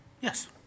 Yes